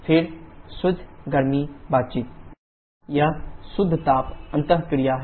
फिर शुद्ध गर्मी बातचीत qnet∮δqqB qCh1 h4 h2 h3 यह शुद्ध ताप अंत क्रिया है